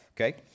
okay